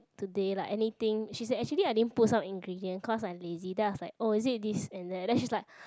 today like anything she said actually I didn't put some ingredient cause I lazy then I was like oh is it this and that then she's like